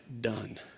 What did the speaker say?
done